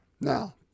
Now